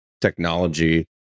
technology